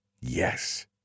Yes